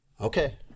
okay